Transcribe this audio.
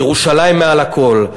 ירושלים מעל הכול.